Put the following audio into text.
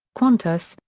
qantas,